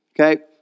Okay